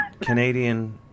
Canadian